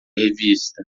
revista